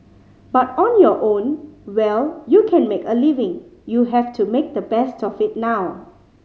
but on your own well you can make a living you have to make the best of it now